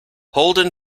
holden